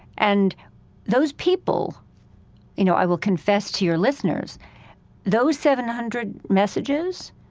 and those people you know, i will confess to your listeners those seven hundred messages,